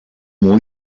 more